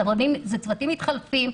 אלה צוותים מתחלפים.